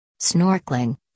Snorkeling